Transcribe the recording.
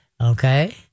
Okay